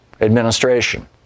administration